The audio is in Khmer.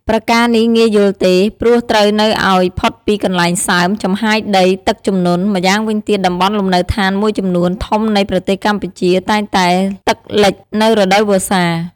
ប្រការនេះងាយយល់ទេ ព្រោះត្រូវនៅឱ្យ ផុតពីកន្លែងសើម, ចំហាយដី, ទឹកជំនន់ ម៉្យាងវិញទៀតតំបន់លំនៅដ្ឋានមួយចំនួនធំនៃប្រទេសកម្ពុជា តែងតែទឹកលិចនៅរដូវវស្សា។